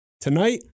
Tonight